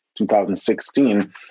2016